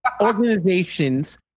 organizations